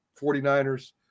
49ers